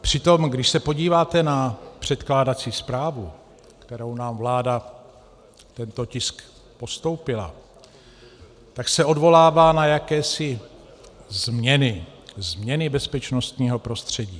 Přitom když se podíváte na předkládací zprávu, kterou nám vláda postoupila, tak se odvolává na jakési změny bezpečnostního prostředí.